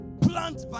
plant